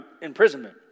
imprisonment